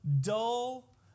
dull